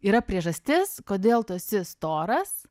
yra priežastis kodėl tu esi storas